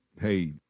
hey